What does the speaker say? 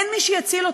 אין מי שיציל אותם.